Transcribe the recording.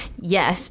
yes